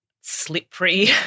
slippery